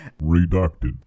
redacted